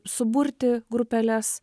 suburti grupeles